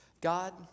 God